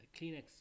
kleenex